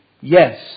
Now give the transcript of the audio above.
yes